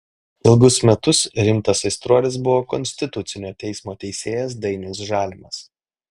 ilgus metus rimtas aistruolis buvo konstitucinio teismo teisėjas dainius žalimas